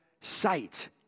sight